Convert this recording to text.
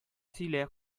сөйлә